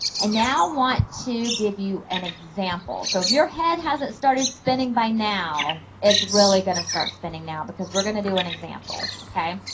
and now want to give you an example. so, if your head hasn't started spinning by now, it's really going to start spinning now, because we're going to do an example. okay?